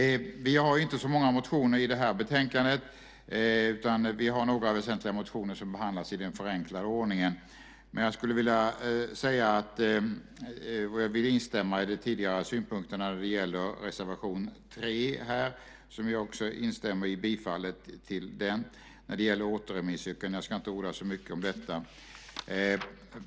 Vi har inte så många motioner i det här betänkandet. Vi har några väsentliga motioner som behandlas i den förenklade ordningen. Jag skulle vilja instämma i de tidigare synpunkterna när det gäller reservation 3, som jag också instämmer i bifallsyrkandet till, när det gäller återremissyrkanden. Jag ska inte orda så mycket om detta.